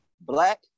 black